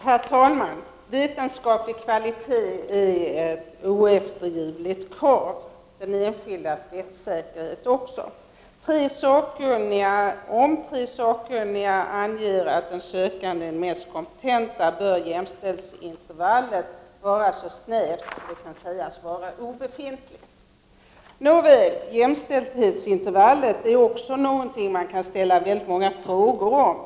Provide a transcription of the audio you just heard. Herr talman! Vetenskaplig kvalitet är ett oeftergivligt krav. Så är det också med den enskildes rättssäkerhet. Om tre sakkunniga anger att en viss sökande är den mest kompetenta, bör givetvis intervallet vara så snävt att det kan sägas vara obefintligt. Jämställdhetsintervallet är något som man kan ställa många frågor om.